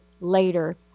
later